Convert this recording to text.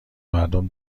مردم